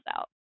out